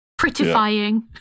prettifying